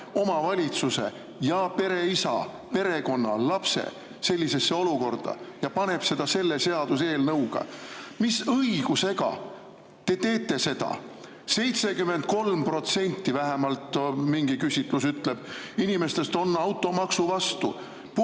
omavalitsuse ja pereisa, perekonna, lapse sellisesse olukorda ja paneb seda selle seaduseelnõuga? Mis õigusega te teete seda? Mingi küsitlus ütleb, et 73% inimestest on automaksu vastu